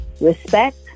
respect